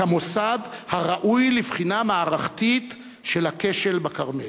כמוסד הראוי לבחינה מערכתית של הכשל בכרמל.